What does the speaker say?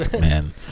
man